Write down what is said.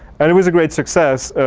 and it was a great success.